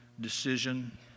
decision